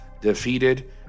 defeated